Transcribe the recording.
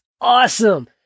awesome